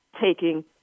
taking